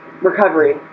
Recovery